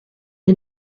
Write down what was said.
est